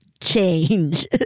change